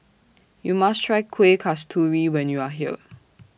YOU must Try Kueh Kasturi when YOU Are here